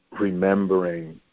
remembering